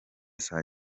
saa